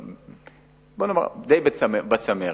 בואו ונאמר: די בצמרת.